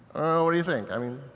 what do you think? i mean,